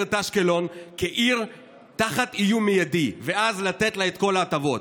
את אשקלון כעיר תחת איום מיידי ואז לתת לה את כל ההטבות.